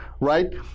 right